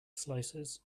slices